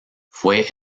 fue